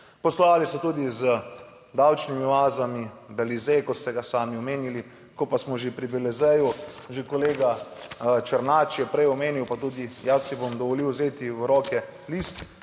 Poslovali so tudi z davčnimi oazami, Belize, kot ste ga sami omenili. Ko pa smo že pri Belizeju, že kolega Černač je prej omenil, pa tudi jaz si bom dovolil vzeti v roke list,